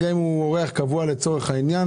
גם אם הוא אורח קבוע לדיונים,